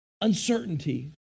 uncertainty